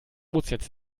ozeans